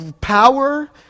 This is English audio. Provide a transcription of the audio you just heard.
power